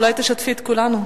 אולי תשתפי את כולנו?